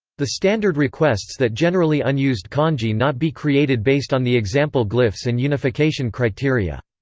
the standard requests that generally unused kanji not be created based on the example glyphs and unification criteria.